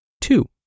two